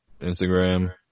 Instagram